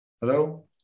Hello